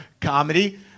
comedy